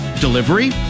Delivery